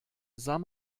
sah